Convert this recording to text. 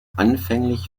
anfänglich